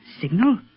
Signal